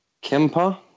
Kemper